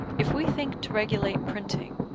if we think to regulate printing,